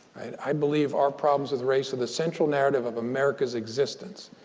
i believe our problems as a race are the central narrative of america's existence.